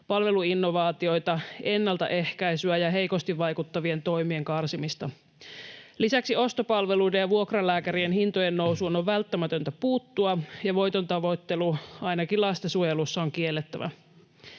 palveluinnovaatioita, ennaltaehkäisyä ja heikosti vaikuttavien toimien karsimista. Lisäksi ostopalveluiden ja vuokralääkärien hintojen nousuun on välttämätöntä puuttua ja voitontavoittelu ainakin lastensuojelussa on kiellettävä.